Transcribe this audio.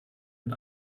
mit